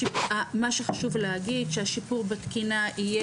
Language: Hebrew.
מה שחשוב להגיד שהשיפור בתקינה יהיה